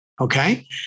Okay